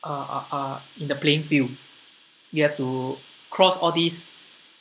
uh uh uh in the playing field you have to cross all these